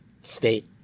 state